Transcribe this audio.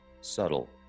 subtle